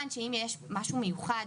אני מציע לך את